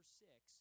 six